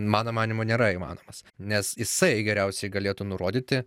mano manymu nėra įmanomas nes jisai geriausiai galėtų nurodyti